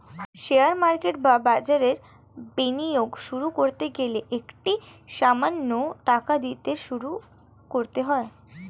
share market বা বাজারে বিনিয়োগ শুরু করতে গেলে একটা সামান্য টাকা দিয়ে শুরু করতে হয়